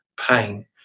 pain